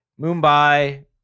Mumbai